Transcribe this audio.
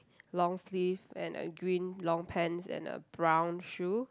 long sleeve and a green long pants and a brown shoe